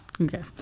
Okay